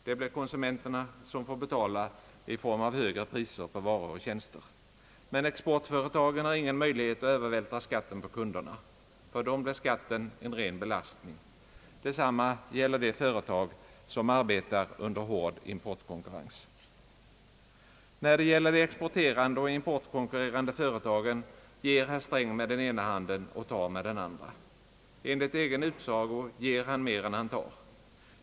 Det blir konsumenterna som får betala i form av högre priser på varor och tjänster. Men exportföretagen har ingen möjlighet att övervältra skatten på kunderna. För dem blir skatten en ren belastning. Detsamma gäller de företag som arbetar under hård importkonkurrens. När det gäller de exporterande och importkonkurrerande företagen ger herr Sträng med den ena handen och tar med den andra. Enligt egen utsago ger han mer än han tar.